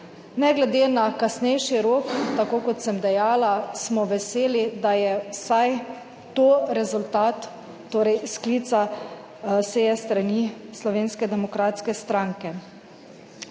ne glede na kasnejši rok. Tako kot sem dejala, smo veseli, da je vsaj to rezultat torej sklica seje s strani Slovenske demokratske stranke.